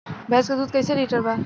भैंस के दूध कईसे लीटर बा?